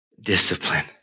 discipline